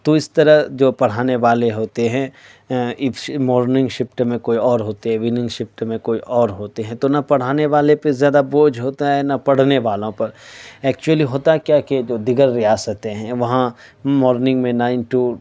تو اس طرح جو پڑھانے والے ہوتے ہیں اپش مارننگ شفٹ میں کوئی اور ہوتے ایوننگ شفٹ میں کوئی اور ہوتے ہیں تو نہ پڑھانے والے پہ زیادہ بوجھ ہوتا ہے نہ پڑھنے والوں پر ایکچولی ہوتا کیا کہ جو دیگر ریاستیں ہیں وہاں مارننگ میں نائن ٹو